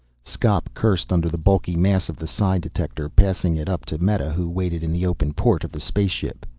skop cursed under the bulky mass of the psi detector, passing it up to meta who waited in the open port of the spaceship.